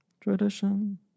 Tradition